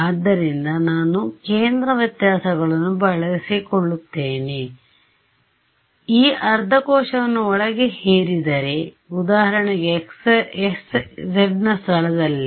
ಆದ್ದರಿಂದ ನಾನು ಕೇಂದ್ರ ವ್ಯತ್ಯಾಸಗಳನ್ನು ಬಳಸಿಕೊಳ್ಳುತ್ತೇನೆ ಆದರೆ ಈ ಅರ್ಧ ಕೋಶವನ್ನು ಒಳಗೆ ಹೇರಿದರೆ ಉದಾಹರಣೆಗೆ x z ನ ಸ್ಥಳದಲ್ಲಿ